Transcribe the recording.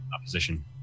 opposition